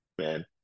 man